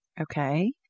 Okay